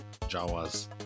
Jawas